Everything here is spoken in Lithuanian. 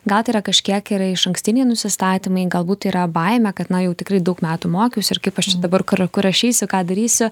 gal tai yra kažkiek ir išankstiniai nusistatymai galbūt yra baimė kad na jau tikrai daug metų mokiausi ir kaip aš čia dabar kur kur aš eisiu ką darysiu